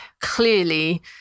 Clearly